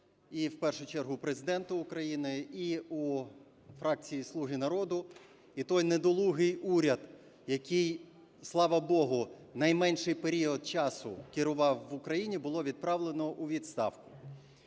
і в першу чергу в Президента України, і у фракції "Слуга народу", і той недолугий уряд, який, слава Богу, найменший період часу керував в Україні, було відправлено у відставку.